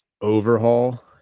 overhaul